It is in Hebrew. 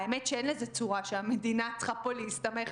תראו איזה ריכוז של אנשים מבוגרים